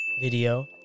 video